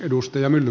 arvoisa puhemies